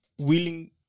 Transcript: willing